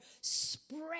spread